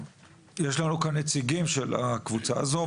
יש לנו כאן נציגים של הקבוצה הזאת,